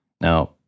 Now